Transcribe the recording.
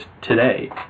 today